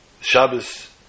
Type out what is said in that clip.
Shabbos